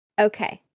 Okay